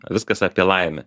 viskas apie laimę